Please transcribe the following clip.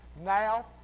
now